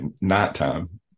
nighttime